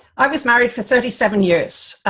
i was married for thirty seven years.